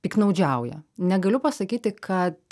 piktnaudžiauja negaliu pasakyti kad